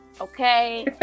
okay